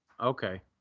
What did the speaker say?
Okay